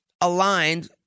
aligned